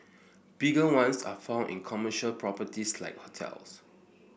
bigger ones are found in commercial properties like hotels